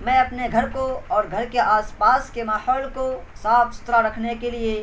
میں اپنے گھر کو اور گھر کے آس پاس کے ماحول کو صاف ستھرا رکھنے کے لیے